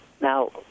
Now